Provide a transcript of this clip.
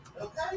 Okay